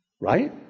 right